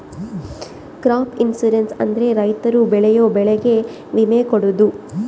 crop insurance ಅಂದ್ರೆ ರೈತರು ಬೆಳೆಯೋ ಬೆಳೆಗೆ ವಿಮೆ ಕೊಡೋದು